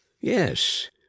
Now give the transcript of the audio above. Yes